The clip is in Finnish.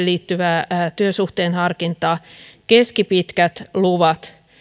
liittyvää työsuhteen harkintaa keskipitkät luvat